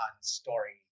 story